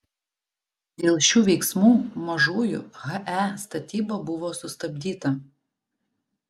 dėl šių veiksmų mažųjų he statyba buvo sustabdyta